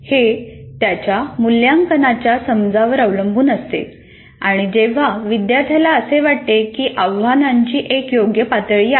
हे त्याच्या मूल्यांकनाच्या समजावर अवलंबून असते आणि जेव्हा विद्यार्थ्याला असे वाटते की आव्हानांची एक योग्य पातळी आहे